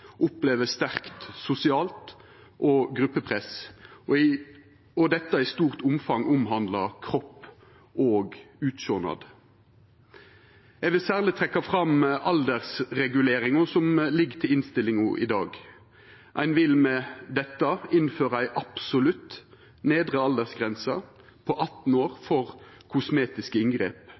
opplever sterkt sosialt press og gruppepress, og at dette i stort omfang omhandlar kropp og utsjånad. Eg vil særleg trekkja fram aldersreguleringa som ligg til innstillinga i dag. Ein vil med dette innføra ei absolutt nedre aldersgrense på 18 år for kosmetiske inngrep,